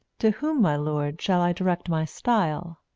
to whom, my lord, shall i direct my stile?